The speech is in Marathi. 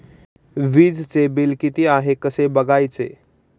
वीजचे बिल किती आहे कसे बघायचे?